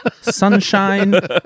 Sunshine